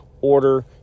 order